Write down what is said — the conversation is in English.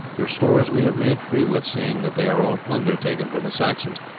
your stores we have made free with, seeing that they are all plunder taken from the saxons,